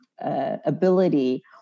ability